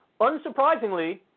unsurprisingly